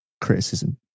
criticism